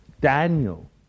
Daniel